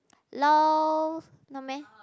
lol not meh